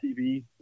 TV